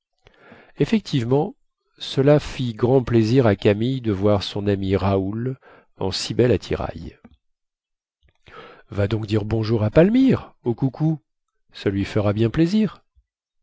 effectivement cela fit grand plaisir à camille de voir son ami raoul en si bel attirail va donc dire bonjour à palmyre au coucou ça lui fera bien plaisir